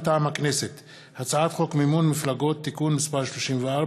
מטעם הכנסת: הצעת חוק מימון מפלגות (תיקון מס' 34)